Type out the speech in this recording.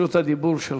רשות הדיבור שלך.